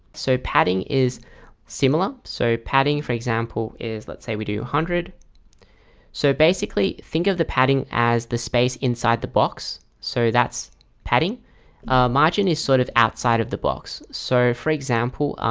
so padding is similar. so padding for example is let's say we do one hundred so basically think of the padding as the space inside the box, so that's padding margin is sort of outside of the box. so for example,